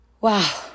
wow